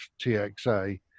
TXA